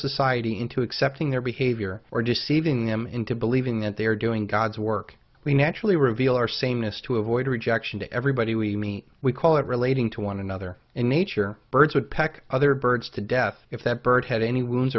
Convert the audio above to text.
society into accepting their behavior or deceiving them into believing that they are doing god's work we naturally reveal our sameness to avoid rejection to everybody we meet we call it relating to one another in nature birds would peck other birds to death if that bird had any rooms